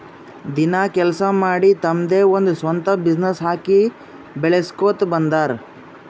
ದಿನ ಕೆಲ್ಸಾ ಮಾಡಿ ತಮ್ದೆ ಒಂದ್ ಸ್ವಂತ ಬಿಸಿನ್ನೆಸ್ ಹಾಕಿ ಬೆಳುಸ್ಕೋತಾ ಬಂದಾರ್